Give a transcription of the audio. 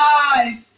eyes